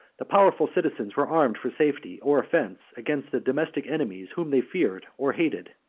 the powerful citizens were armed for safety, or offence, against the domestic enemies whom they feared or hated.